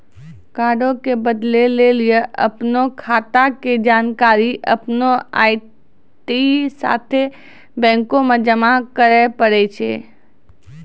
कार्डो के बदलै लेली अपनो खाता के जानकारी अपनो आई.डी साथे बैंको मे जमा करै पड़ै छै